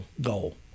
goal